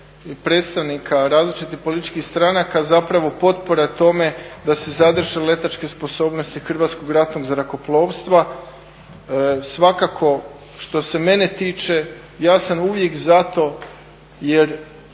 predstavnika različitih političkih stranaka potpora tome da se zadrže letačke sposobnosti Hrvatskog ratnog zrakoplovstva. Svakako što se mene tiče ja sam uvijek za to jer